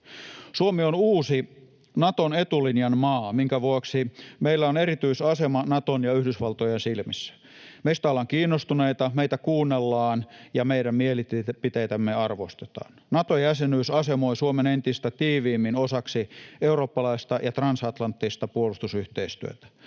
Suomi on uusi Naton etulinjan maa, minkä vuoksi meillä on erityisasema Naton ja Yhdysvaltojen silmissä. Meistä ollaan kiinnostuneita, meitä kuunnellaan ja meidän mielipiteitämme arvostetaan. Nato-jäsenyys asemoi Suomen entistä tiiviimmin osaksi eurooppalaista ja transatlanttista puolustusyhteistyötä.